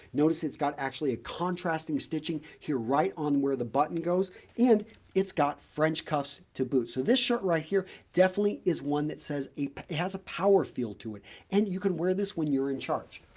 notice, it's got actually a contrasting stitching here right on where the button goes and it's got french cuffs to boost. so, this shirt right here definitely is one that says it has a power feel to it and you can wear this when you're in charge.